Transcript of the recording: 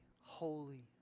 holy